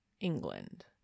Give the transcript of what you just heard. England